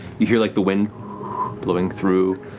you hear like the wind blowing through,